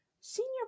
Senior